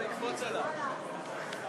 חברי הכנסת נא